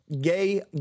gay